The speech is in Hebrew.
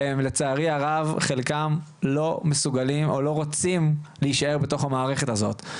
ולצערי הרב חלקם לא מסוגלים או לא רוצים להישאר בתוך המערכת הזאת.